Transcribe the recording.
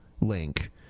link